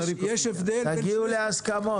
תגיעו להסכמות.